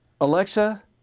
Alexa